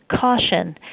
caution